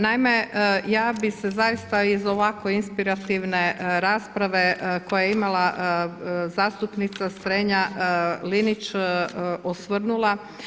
Naime, ja bih se zaista iz ovako inspirativne rasprave koju je imala zastupnica Strenja-Linić osvrnula.